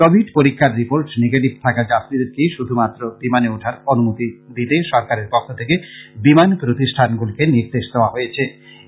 Covid পরীক্ষার report negative থাকা যাত্রীদেরকেই শুধুমাত্র বিমানে ওঠার অনুমতি দিতে সরকারের পক্ষ থেকে বিমান প্রতিষ্ঠানগুলিকে নির্দেশ দেওয়া হয়েছে